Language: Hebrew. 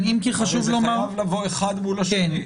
אבל זה חייב לבוא אחד מול השני.